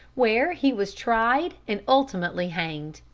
where he was tried and ultimately hanged.